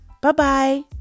Bye-bye